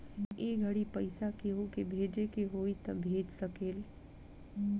ए घड़ी पइसा केहु के भेजे के होई त भेज सकेल